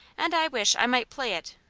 and i wish i might play it.